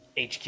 HQ